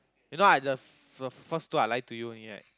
you know I just the first two I lie to you only right